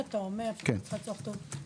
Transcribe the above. יש תקציב ויש תרומות שגם נכנסו.